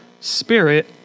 spirit